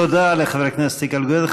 תודה לחבר הכנסת יגאל גואטה.